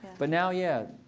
but now, yeah.